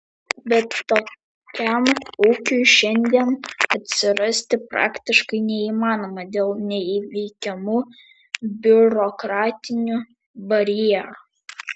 bet tokiam ūkiui šiandien atsirasti praktiškai neįmanoma dėl neįveikiamų biurokratinių barjerų